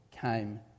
came